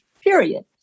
Period